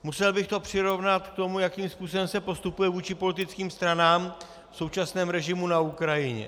Musel bych to přirovnat k tomu, jakým způsobem se postupuje vůči politickým stranám v současném režimu na Ukrajině.